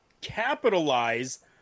capitalize